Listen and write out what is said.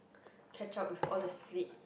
catch up with all the sleep